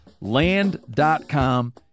Land.com